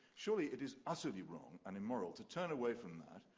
surely it is utterly wrong and immoral to turn away from that,